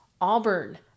Auburn